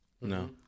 no